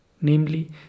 namely